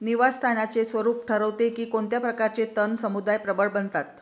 निवास स्थानाचे स्वरूप ठरवते की कोणत्या प्रकारचे तण समुदाय प्रबळ बनतात